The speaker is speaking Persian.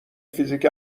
فیزیک